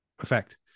effect